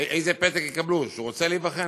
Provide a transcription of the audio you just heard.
איזה פתק יקבלו, שהוא רוצה להיבחן?